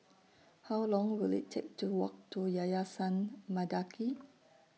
How Long Will IT Take to Walk to Yayasan Mendaki